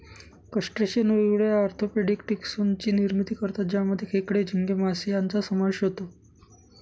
crustacean वेगवेगळ्या orthopaedic taxon ची निर्मिती करतात ज्यामध्ये खेकडे, झिंगे, मासे यांचा समावेश असतो